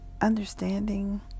understanding